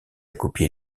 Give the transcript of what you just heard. copier